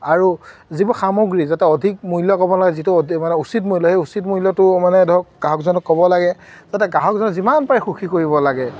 আৰু যিবোৰ সামগ্ৰী যাতে অধিক মূল্য ক'ব নালাগে যিটো অধি মানে উচিত মূল্য সেই উচিত মূল্যটো মানে ধৰক গ্ৰাহকজনক ক'ব লাগে যাতে গ্ৰাহকজনক যিমান পাৰে সুখী কৰিব লাগে